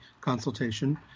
consultation